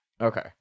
Okay